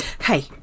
Hey